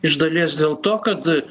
iš dalies dėl to kad